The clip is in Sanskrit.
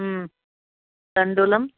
तण्डुलम्